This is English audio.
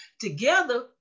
Together